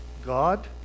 God